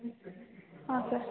ಹಾಂ ಸರ್